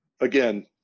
again